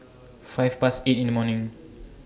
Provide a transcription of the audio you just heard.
five Past eight in The morning